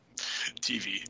TV